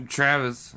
Travis